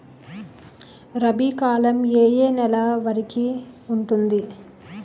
రబీ కాలం ఏ ఏ నెల వరికి ఉంటుంది?